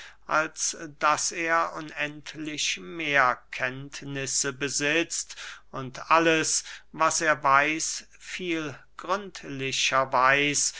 als daß er unendlich mehr kenntnisse besitzt und alles was er weiß viel gründlicher weiß